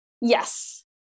Yes